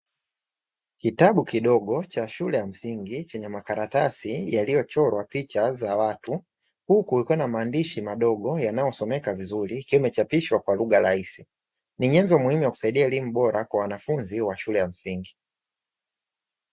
Kitabu kidogo cha shule ya msingi chenye makaratasi yaliyochorwa picha za watu, huku kikiwa na maandishi madogo yanayosomeka vizuri ikiwa kimechapishwa kwa lugha rahisi, ni nyenzo muhimu ya kusaidia elimu bora kwa wanafunzi wa shule ya msingi.